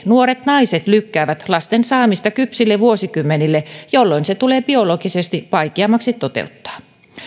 nuoret naiset lykkäävät lasten saamista kypsille vuosikymmenille jolloin se tulee biologisesti vaikeammaksi toteuttaa